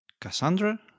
Cassandra